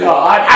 God